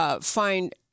find